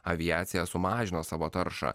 aviacija sumažino savo taršą